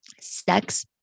sex